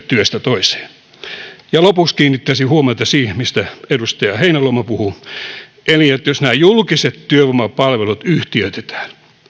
työstä toiseen lopuksi kiinnittäisin huomiota siihen mistä edustaja heinäluoma puhui eli jos julkiset työvoimapalvelut yhtiöitetään